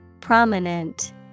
Prominent